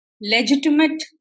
legitimate